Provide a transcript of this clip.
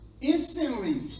instantly